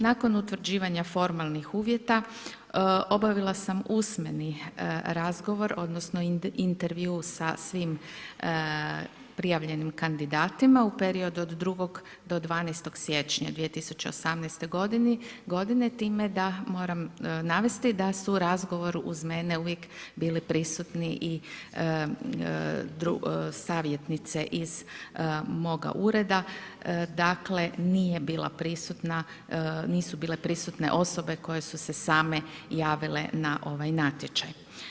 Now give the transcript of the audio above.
Nakon utvrđivanja formalnih uvjeta obavila sam usmeni razgovor odnosno intervju sa svim prijavljenim kandidatima u periodu od 2. do 12. siječnja 2018.godine, s time da moram navesti da su na razgovoru uz mene uvijek bili prisutni i savjetnice iz moga ureda, dakle nisu bile prisutne osobe koje su se same javile na ovaj natječaj.